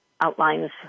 outlines